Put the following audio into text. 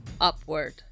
upward